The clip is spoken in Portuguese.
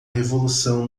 revolução